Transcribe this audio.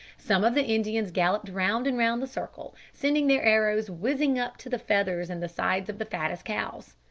some of the indians galloped round and round the circle, sending their arrows whizzing up to the feathers in the sides of the fattest cows.